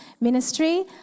ministry